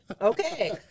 Okay